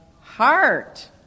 heart